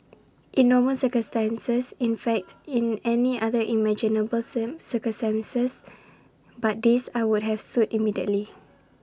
in normal circumstances in fact in any other imaginable sen circumstance but this I would have sued immediately